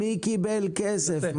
מי קיבל כסף?